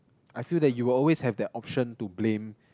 I feel that you were always have that options to blame